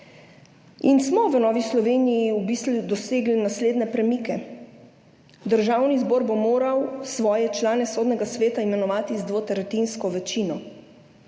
državo. V Novi Sloveniji smo v bistvu dosegli naslednje premike. Državni zbor bo moral svoje člane Sodnega sveta imenovati z dvotretjinsko večino.